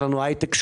אין לנו שם הייטק,